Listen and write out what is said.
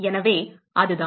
எனவே அதுதான்